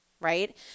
Right